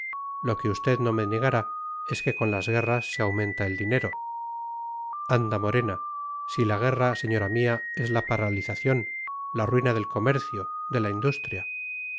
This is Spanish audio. lo que usted no me negará es que con las guerras se aumenta el dinero anda morena si la guerra señora mía es la paralización la ruina del comercio de la industria